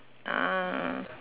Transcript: uh